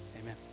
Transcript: amen